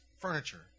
furniture